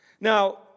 Now